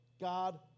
God